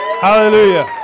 Hallelujah